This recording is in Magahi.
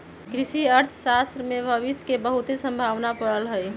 कृषि अर्थशास्त्र में भविश के बहुते संभावना पड़ल हइ